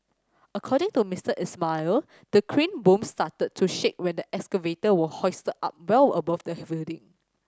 according to Mister Ismail the crane boom started to shake when the excavator was hoisted up well above the building